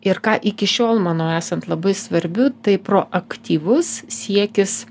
ir ką iki šiol manau esant labai svarbiu tai proaktyvus siekis